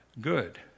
good